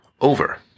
over